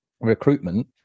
recruitment